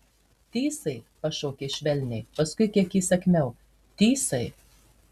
tysai pašaukė švelniai paskui kiek įsakmiau tysai